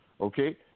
Okay